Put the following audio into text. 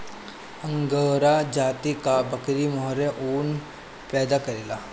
angora जाति कअ बकरी मोहेर ऊन पैदा करेले